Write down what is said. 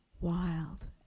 wild